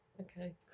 Okay